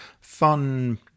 fun